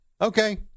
Okay